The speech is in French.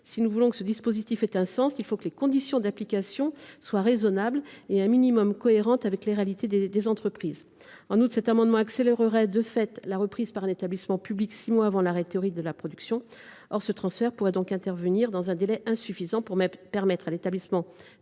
Si nous voulons que ce dispositif ait un sens, il faut que les conditions d’application soient raisonnables et cohérentes avec les réalités des entreprises. En outre, le raccourcissement du délai accélérerait de fait la reprise par l’établissement public six mois avant l’arrêt théorique de la production. Ce transfert pourrait donc intervenir dans un délai insuffisant pour permettre à l’établissement